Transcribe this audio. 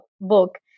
book